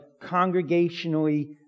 congregationally